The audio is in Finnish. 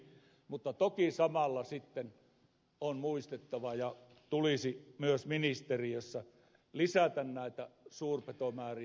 mutta toki samalla sitten on muistettava ja tulisi myös ministeriössä säännellä näitä suurpetomääriä